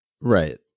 Right